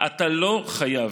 אתה לא חייב.